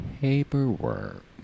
paperwork